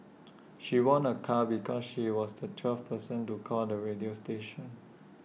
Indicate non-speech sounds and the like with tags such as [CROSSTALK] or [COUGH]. [NOISE] she won A car because she was the twelfth person to call the radio station